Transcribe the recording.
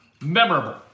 memorable